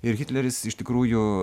ir hitleris iš tikrųjų